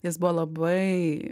jis buvo labai